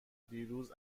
دیروز